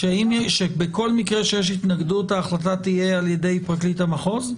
בכל מקרה שיש התנגדות ההחלטה תהיה על-ידי פרקליט המחוז?